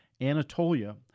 Anatolia